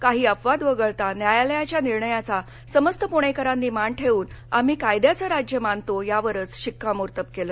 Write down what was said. काही अपवाद वगळता न्यायालयाच्या निर्णयाचा समस्त पूणेकरांनी मान ठेवून आम्ही कायद्याचे राज्य मानतो यावरच शिक्कामोर्तब केलं